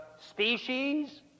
species